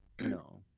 No